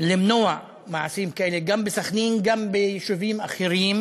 למנוע מעשים כאלה, גם בסח'נין וגם ביישובים אחרים